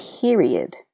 Period